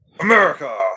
america